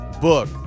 book